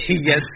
Yes